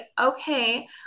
okay